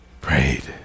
prayed